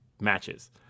matches